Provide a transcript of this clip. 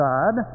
God